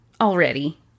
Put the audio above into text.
already